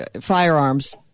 firearms